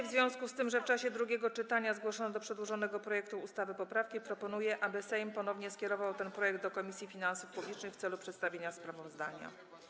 W związku z tym, że w czasie drugiego czytania zgłoszono do przedłożonego projektu ustawy poprawki, proponuję, aby Sejm ponownie skierował ten projekt do Komisji Finansów Publicznych w celu przedstawienia sprawozdania.